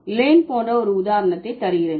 lane போன்ற ஒரு உதாரணத்தை தருகிறேன்